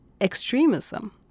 extremism